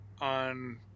on